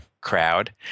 crowd